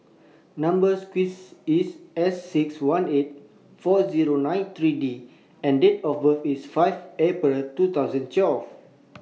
Number sequence IS S six one eight four Zero nine three D and Date of birth IS five April two thousand twelve